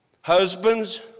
Husbands